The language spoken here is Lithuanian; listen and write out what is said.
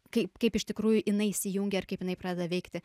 kaip kaip iš tikrųjų jinai įsijungia ir kaip jinai pradeda veikti